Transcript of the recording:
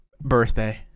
birthday